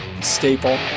staple